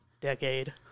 decade